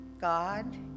God